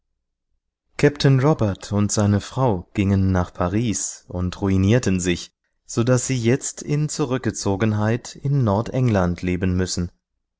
kaptain robert und seine frau gingen nach paris und ruinierten sich so daß sie jetzt in zurückgezogenheit in nordengland leben müssen